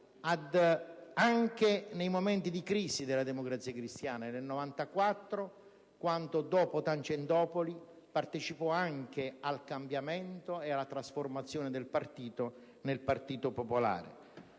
anche ai momenti di crisi della Democrazia cristiana. Nel 1994, dopo Tangentopoli, ha partecipato al cambiamento e alla trasformazione di quel partito nel Partito popolare.